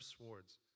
swords